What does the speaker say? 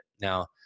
Now